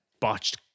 botched